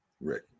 Rick